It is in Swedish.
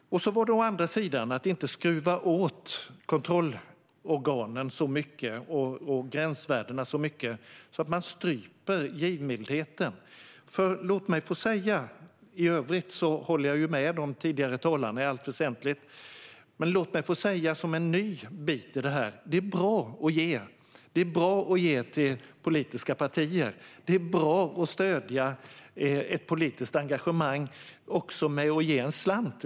Vi vill emellertid inte skruva åt kontrollorganen och gränsvärdena så mycket att vi stryper givmildheten. Jag håller i övrigt med de tidigare talarna i allt väsentligt, men låt mig som något nytt i detta få säga: Det är bra att ge till politiska partier och att stödja ett politiskt engagemang också genom att ge en slant.